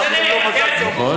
אנחנו מאחלים לו מזל טוב.